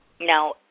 Now